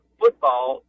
football